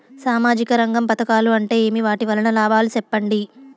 సామాజిక రంగం పథకాలు అంటే ఏమి? వాటి వలన లాభాలు సెప్పండి?